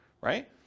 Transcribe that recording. right